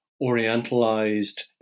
orientalized